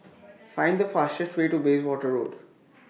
Find The fastest Way to Bayswater Road